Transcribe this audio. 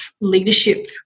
leadership